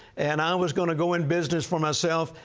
and i was going to go in business for myself,